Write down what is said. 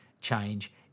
change